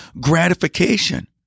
gratification